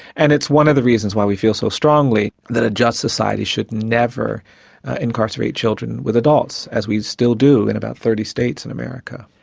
and it's one of the reasons why we feel so strongly that a just society should never incarcerate children with adults as we still do in about thirty states in america.